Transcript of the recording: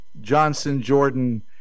Johnson-Jordan